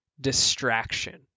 distraction